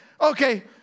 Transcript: okay